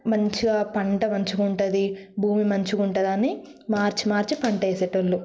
మంచిగా పంట మంచిగా ఉంటుందిభూమి మంచిగా ఉంటుందని మార్చి మార్చి పంట వేసేటోళ్ళు